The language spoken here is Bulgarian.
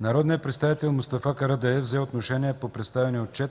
Народният представител Мустафа Карадайъ взе отношение по представения отчет